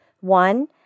One